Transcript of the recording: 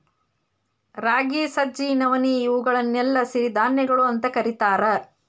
ರಾಗಿ, ಸಜ್ಜಿ, ನವಣಿ, ಇವುಗಳನ್ನೆಲ್ಲ ಸಿರಿಧಾನ್ಯಗಳು ಅಂತ ಕರೇತಾರ